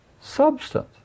Substance